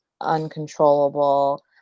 uncontrollable